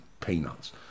peanuts